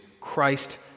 Christ